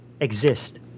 exist